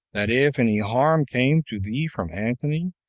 that if any harm came to thee from antony,